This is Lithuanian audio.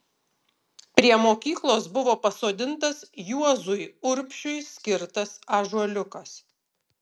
prie mokyklos buvo pasodintas juozui urbšiui skirtas ąžuoliukas